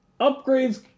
upgrades